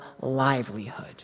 livelihood